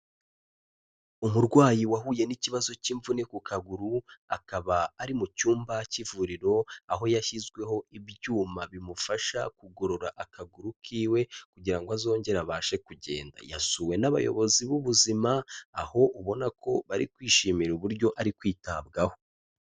Umurwayi wahuye n'ikibazo cy'imvune ku kaguru, akaba ari mu cyumba cy'ivuriro, aho yashyizweho ibyuma bimufasha kugorora akaguru kiwe kugira ngo azongere abashe kugenda. Yasuwe n'abayobozi b'ubuzima, aho ubona ko bari kwishimira uburyo ari kwitabwaho.